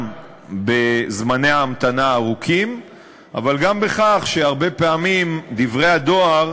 גם בזמני ההמתנה הארוכים אבל גם בכך שהרבה פעמים דברי הדואר,